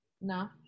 No